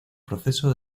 proceso